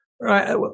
Right